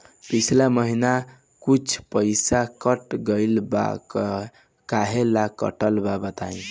पिछला महीना कुछ पइसा कट गेल बा कहेला कटल बा बताईं?